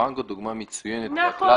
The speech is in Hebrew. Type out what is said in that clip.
"פנגו" היא דוגמה מצוינת וקלאסית.